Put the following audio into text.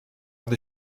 gdy